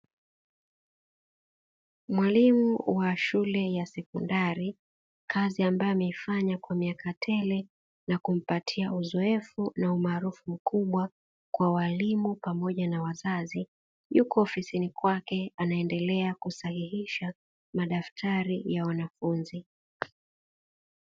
Mwalimu wa shule ya sekondari, kazi amabayo ameifanya kwa miaka tele na kumpatia uzoefu na umaarufu mkubwa kwa walimu pamoja na wazazi, yupo ofisini kwake anaendele kusahihisha madaftari ya wanafunzi.